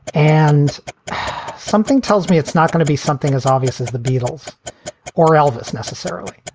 and something tells me it's not gonna be something as obvious as the beatles or elvis necessarily.